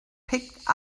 picked